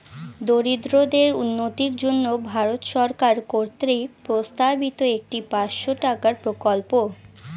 দরিদ্রদের উন্নতির জন্য ভারত সরকার কর্তৃক প্রস্তাবিত একটি পাঁচশো টাকার প্রকল্প